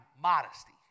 modesty